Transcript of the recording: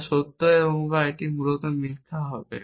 যা সত্য বা এটি মূলত মিথ্যা হবে